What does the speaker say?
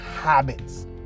habits